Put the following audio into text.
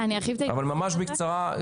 אבל ממש בקצרה,